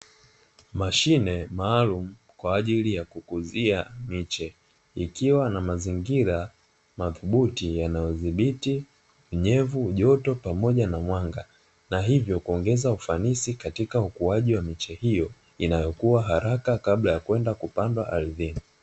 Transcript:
Mashine maalumu kwa ajili ya kukuzia miche, ikiwa na mazingira mathubuti yanayothibiti unyevu, joto pamoja na mwanga, na hivyo huongeza ufanisi katika ukuaji wa miche hiyo inayokua haraka kabla ya kwenda kupandwa ardhini.